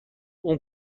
اون